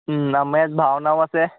আমাৰ ইয়াত ভাওনাও আছে